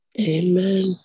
Amen